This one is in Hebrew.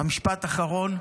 משפט אחרון.